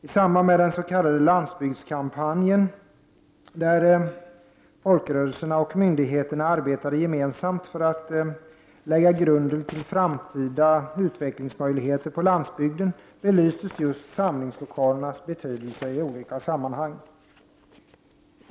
I samband med den s.k. landsbygdskampanjen, där folkrörelserna och myndigheterna arbetade gemensamt för att lägga grunden till framtida utvecklingsmöjligheter på landsbygden, belystes just samlingslokalernas betydelse i olika sammanhang.